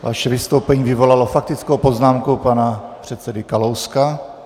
Vaše vystoupení vyvolalo faktickou poznámku pana předsedy Kalouska.